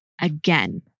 again